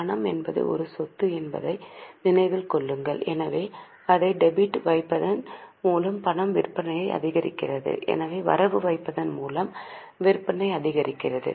பணம் என்பது ஒரு சொத்து என்பதை நினைவில் கொள்ளுங்கள் எனவே அதை டெபிட் வைப்பதன் மூலம் பணம் விற்பனையை அதிகரிக்கிறது எனவே வரவு வைப்பதன் மூலம் விற்பனை அதிகரிக்கிறது